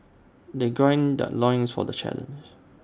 they gird their loins for the challenge